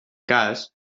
cas